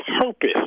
purpose